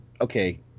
okay